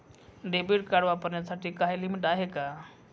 Debit card वापरण्यासाठी काही limit आहे का?